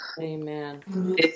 amen